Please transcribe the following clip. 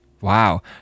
Wow